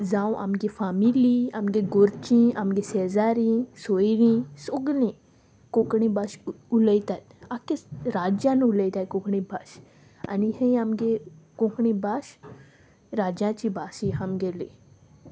जावं आमगे फामिली आमगे गोरचीं आमगे शेजारी सोयरीं सोगळीं कोंकणी भाास उलयतात आख्ख्या राज्यान उलयताय कोंकणी भाास आनी हें आमगे कोंकणी भास राज्याची भास ही आमगेली